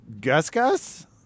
Gus-Gus